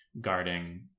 guarding